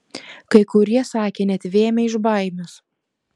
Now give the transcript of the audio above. kai kurie sakė net vėmę iš baimės